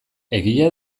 egia